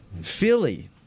Philly